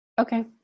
Okay